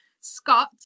Scott